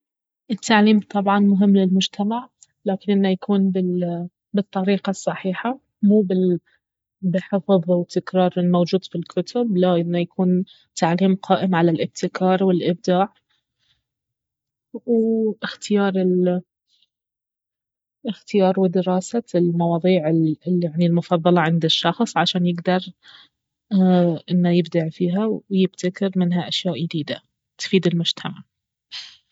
التعليم طبعا مهم للمجتمع لكن انه يكون بالطريقة الصحيحة مو بال بحفظ وتكرار الموجود في الكتب لا انه يكون تعليم قائم على الابتكار والابداع واختيار ال- اختيار ودراسة المواضيع ال اليعني مفضلة عند الشخص عشان يقدر انه يبدع فيها ويبتكر منها أشياء يديدة تفيد المجتمع